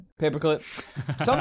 Paperclip